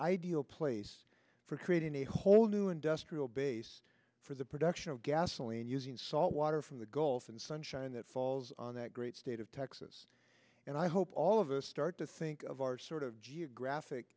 ideal place for creating a whole new industrial base for the production of gasoline using salt water from the gulf and sunshine that falls on that great state of texas and i hope all of us start to think of our sort of geographic